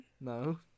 No